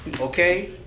okay